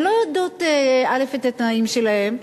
הן לא יודעות את התנאים שלהן.